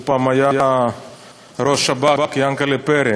הוא פעם היה ראש השב"כ, יענקל'ה פרי.